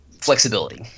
flexibility